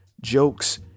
jokes